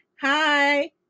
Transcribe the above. Hi